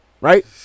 right